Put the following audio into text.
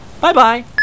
Bye-bye